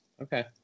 Okay